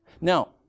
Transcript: Now